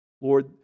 Lord